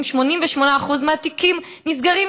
ואם 88% מהתיקים נסגרים,